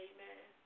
Amen